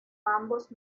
ambos